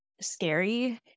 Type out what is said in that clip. scary